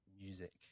music